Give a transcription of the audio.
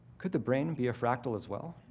could the brain and be a fractal as well?